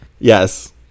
Yes